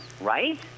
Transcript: right